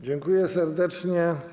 Dziękuję serdecznie.